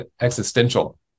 existential